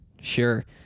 sure